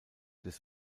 des